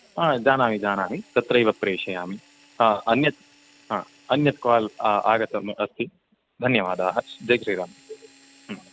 हा जानामि जानामि तत्रैव प्रेषयामि हा अन्यत् हा अन्यत् काल् आगतम् अस्ति धन्यवादाः जैश्रीरां ह्म्